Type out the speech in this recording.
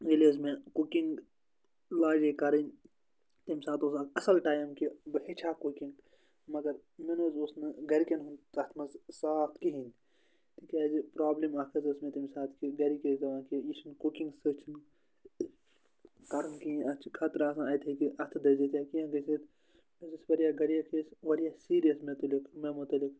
ییٚلہِ حظ مےٚ کُکِنٛگ لاجے کَرٕنۍ تمہِ ساتہٕ اوس اَکھ اَصٕل ٹایم کہِ بہٕ ہیٚچھِ ہہ کُکِنٛگ مگر مےٚ نہٕ حظ اوس نہٕ گَرِکٮ۪ن ہُنٛد تَتھ منٛز ساتھ کِہیٖنۍ تِکیازِ پرٛابلِم اَکھ حظ ٲسۍ مےٚ تمہِ ساتہٕ کہِ گَرِکۍ ٲسۍ دپان کہ یہِ چھِنہٕ کُکِنٛگ سۭتۍ چھِنہٕ کَرُن کِہیٖنۍ اَتھ چھِ خطرٕ آسان اَتہِ ہیٚکہِ اَتھٕ دٔزِتھ یا کینٛہہ گٔژھِتھ مےٚ حظ ٲسۍ واریاہ گَرِکھ ٲسۍ واریاہ سیٖریَس مے تعلِق مےٚ متعلِق